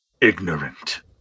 ignorant